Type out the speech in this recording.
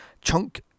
Chunk